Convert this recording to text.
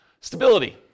Stability